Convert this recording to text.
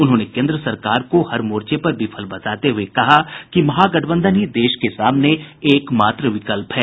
उन्होंने केन्द्र सरकार को हर मोर्चे पर विफल बताते हुये कहा कि महागठबंधन ही देश के सामने एक मात्र विकल्प है